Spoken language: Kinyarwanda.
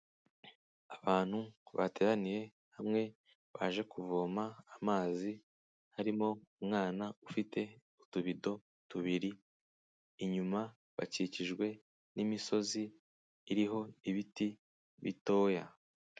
Abantu bateraniye hamwe, baje kuvoma amazi, harimo umwana ufite utubido tubiri, inyuma bakikijwe n'imisozi iriho ibiti bitoya.